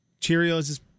Cheerios